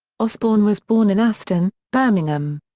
osbourne was born in aston, birmingham.